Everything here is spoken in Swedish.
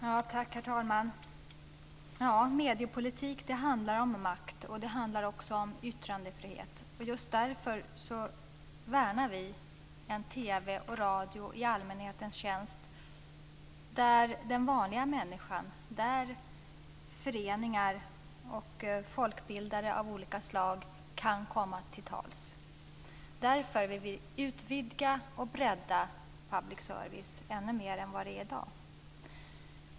Herr talman! Mediepolitik handlar om makt, och det handlar också om yttrandefrihet. Just därför värnar vi en TV och radio i allmänhetens tjänst där den vanliga människan, liksom föreningar och folkbildare av olika slag, kan komma till tals. Därför vill vi utvidga och bredda public service ännu mer än i dag.